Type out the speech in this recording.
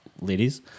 ladies